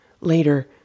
Later